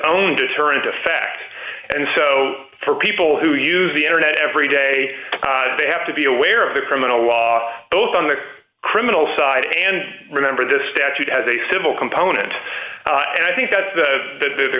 own deterrent effect and so for people who use the internet every day they have to be aware of the criminal law both on the criminal side and remember the statute has a civil component and i think that's